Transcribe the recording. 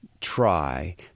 try